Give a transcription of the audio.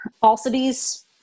falsities